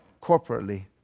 Corporately